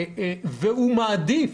והוא מעדיף,